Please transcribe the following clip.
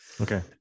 Okay